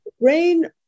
brain